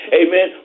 amen